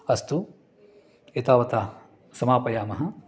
अस्तु एतावता समापयामः